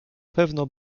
pewno